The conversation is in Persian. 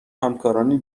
همکارانی